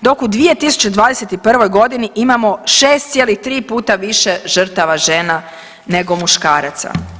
dok u 2021. g. imamo 6,3 puta više žrtava žena nego muškaraca.